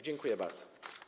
Dziękuję bardzo.